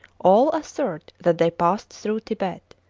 all assert that they passed through tibet,